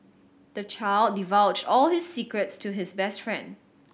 the child divulged all his secrets to his best friend